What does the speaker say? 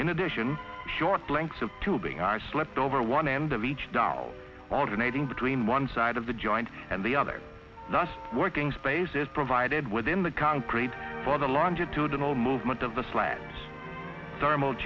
in addition short planks of tubing i slipped over one end of each day out alternating between one side of the joint and the other thus working spaces provided within the concrete for the longitudinal movement of the slabs thermal